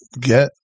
get